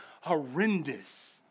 horrendous